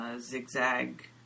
zigzag